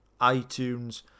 iTunes